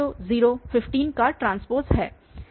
हमें DL 1मिल रहा है